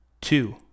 Two